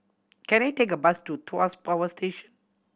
can I take a bus to Tuas Power Station